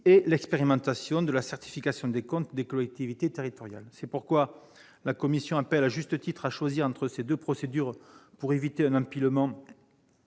et l'expérimentation de la certification des comptes des collectivités territoriales. C'est pourquoi la commission appelle, à juste titre, à choisir entre ces deux procédures pour éviter un « empilement